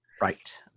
right